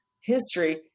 history